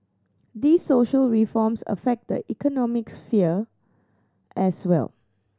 these social reforms affect the economic sphere as well